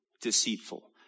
deceitful